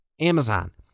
amazon